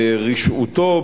ברשעותו,